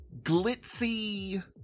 glitzy